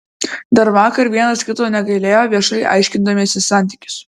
dar vakar vienas kito negailėjo viešai aiškindamiesi santykius